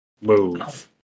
Move